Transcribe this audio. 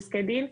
פסקי דין,